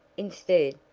instead,